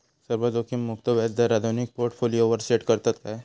सर्व जोखीममुक्त व्याजदर आधुनिक पोर्टफोलियोवर सेट करतत काय?